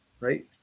right